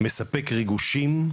מספק ריגושים,